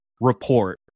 report